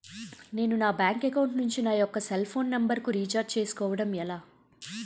నేను నా bank account నుంచి నా యెక్క సెల్ ఫోన్ నంబర్ కు రీఛార్జ్ చేసుకోవడం ఎలా?